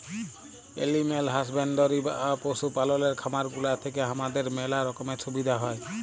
animal husbandry বা পশু পাললের খামার গুলা থেক্যে হামাদের ম্যালা রকমের সুবিধা হ্যয়